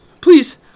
Please